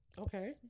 Okay